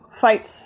fights